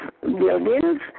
buildings